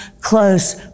close